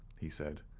he said